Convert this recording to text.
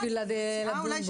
אני חושבת שזה דיון מורכב מדי.